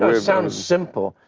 it sounds simple,